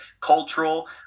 cultural